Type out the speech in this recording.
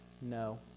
no